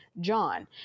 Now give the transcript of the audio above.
John